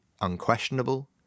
unquestionable